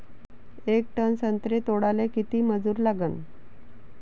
येक टन संत्रे तोडाले किती मजूर लागन?